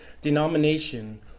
denomination